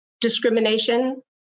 discrimination